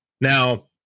Now